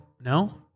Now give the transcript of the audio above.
No